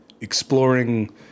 exploring